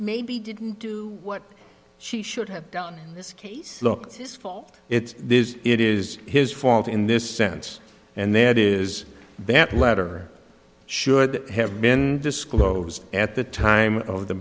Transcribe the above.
maybe didn't do what she should have done this case look his fault it is it is his fault in this sense and that is that letter should have been disclosed at the time of the